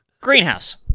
greenhouse